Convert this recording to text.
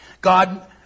God